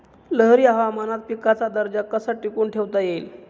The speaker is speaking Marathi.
लहरी हवामानात पिकाचा दर्जा कसा टिकवून ठेवता येईल?